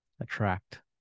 attract